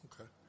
Okay